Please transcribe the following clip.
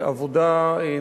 אה,